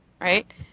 right